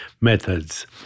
methods